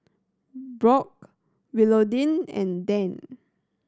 Brock Willodean and Dann